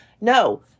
No